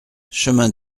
chemin